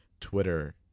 Twitter